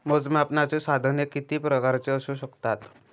मोजमापनाची साधने किती प्रकारची असू शकतात?